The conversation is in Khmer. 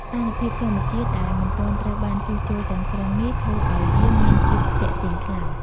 ស្ថានភាពធម្មជាតិដែលមិនទាន់ត្រូវបានជួសជុលទាំងស្រុងនេះ ធ្វើឱ្យវាមានភាពទាក់ទាញខ្លាំង។